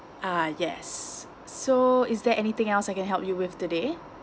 ah yes so is there anything else I can help you with today